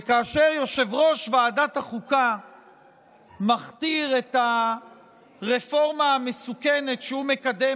וכאשר יושב-ראש ועדת החוקה מכתיר את הרפורמה המסוכנת שהוא מקדם